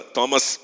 Thomas